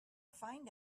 find